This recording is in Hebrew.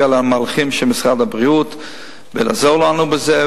למהלכים של משרד הבריאות ולעזור לנו בזה,